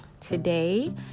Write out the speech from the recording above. today